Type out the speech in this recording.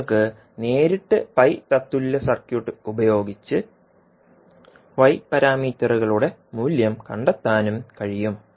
നിങ്ങൾക്ക് നേരിട്ട് പൈ തത്തുലൃ സർക്യൂട്ട് ഉപയോഗിച്ച് y പാരാമീറ്ററുകളുടെ മൂല്യം കണ്ടെത്താനും കഴിയും